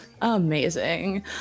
amazing